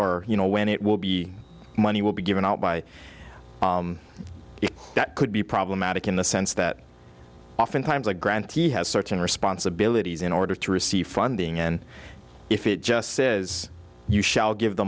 or you know when it will be money will be given out by you that could be problematic in the sense that oftentimes the grantee has certain responsibilities in order to receive funding and if it just says you shall give the